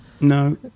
No